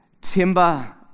timber